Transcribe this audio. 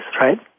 right